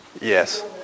Yes